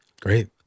Great